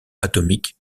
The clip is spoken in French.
atomique